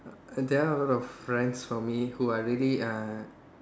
there are a lot of friends for me who I really uh